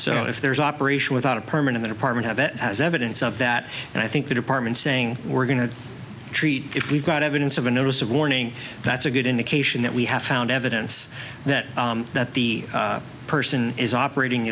so if there is operation without a permit in the department have it as evidence of that and i think the department saying we're going to treat it we've got evidence of a notice of warning that's a good indication that we have found evidence that that the person is operating